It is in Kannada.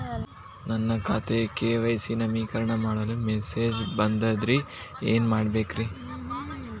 ನನ್ನ ಖಾತೆಯ ಕೆ.ವೈ.ಸಿ ನವೇಕರಣ ಮಾಡಲು ಮೆಸೇಜ್ ಬಂದದ್ರಿ ಏನ್ ಮಾಡ್ಬೇಕ್ರಿ?